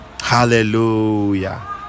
hallelujah